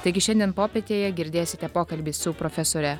taigi šiandien popietėje girdėsite pokalbį su profesore